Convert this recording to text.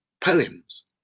poems